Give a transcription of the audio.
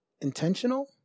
intentional